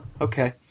okay